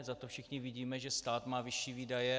Zato všichni vidíme, že stát má vyšší výdaje.